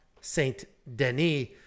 Saint-Denis